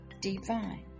divine